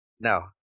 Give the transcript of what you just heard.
Now